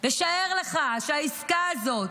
ושער לך שהעסקה הזו,